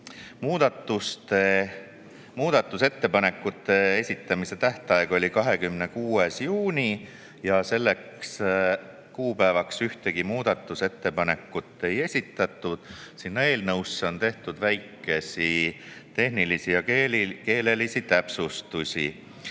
Muudatusettepanekute esitamise tähtaeg oli 26. juuni ja selleks kuupäevaks ühtegi muudatusettepanekut ei esitatud. Sinna eelnõusse on tehtud väikesi tehnilisi ja keelelisi täpsustusi.